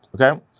Okay